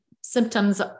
symptoms